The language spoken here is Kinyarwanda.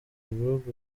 ibihugu